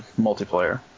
multiplayer